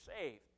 saved